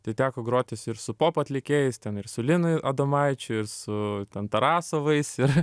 tai teko grotis ir su pop atlikėjais ten ir su linui adomaičiu su ten tarasavais ir